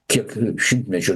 kiek šimtmečių